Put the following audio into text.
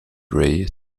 ray